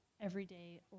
everyday